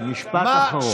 משפט אחרון.